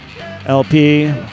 LP